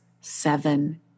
seven